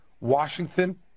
Washington